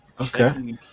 Okay